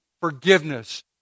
forgiveness